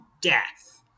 death